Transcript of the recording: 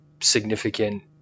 significant